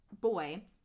boy